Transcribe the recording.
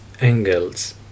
angles